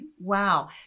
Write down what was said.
Wow